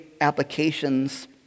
applications